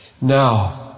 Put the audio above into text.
Now